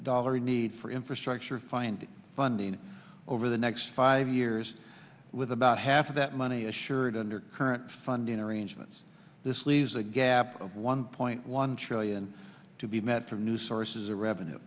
dollar need for infrastructure find funding over the next five years with about half of that money assured under current funding arrangements this leaves a gap of one point one trillion to be met for new sources of revenue